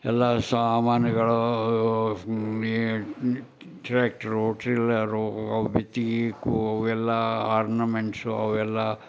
ಎಲ್ಲ ಸಾಮಾನುಗಳು ಈ ಟ್ರ್ಯಾಕ್ಟ್ರು ಟ್ರಿಲ್ಲರು ಭಿತ್ತಿಗೀಕೂ ಅವೆಲ್ಲಆರ್ನಮೆಂಟ್ಸು ಅವೆಲ್ಲ